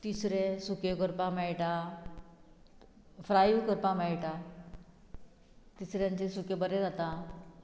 तिसरे सुके करपाक मेळटा फ्राय करपाक मेळटा तिसऱ्यांचे सुकें बरें जाता